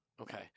Okay